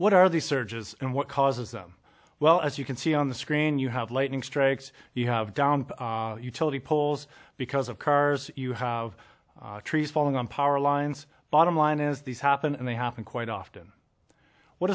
what are these surges and what causes them well as you can see on the screen you have lightning strikes you have downed utility poles because of cars you have trees falling on power lines bottom line is these happen and they happen quite often what